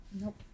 nope